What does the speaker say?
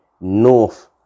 North